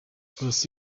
police